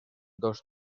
dos